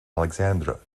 alexandre